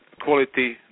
quality